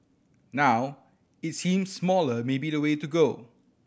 now it seems smaller may be the way to go